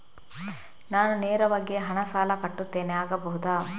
ನಾನು ನೇರವಾಗಿ ಹಣ ಸಾಲ ಕಟ್ಟುತ್ತೇನೆ ಆಗಬಹುದ?